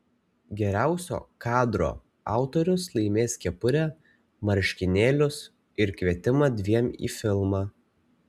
geriausio kadro autorius laimės kepurę marškinėlius ir kvietimą dviem į filmą